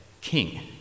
king